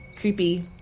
creepy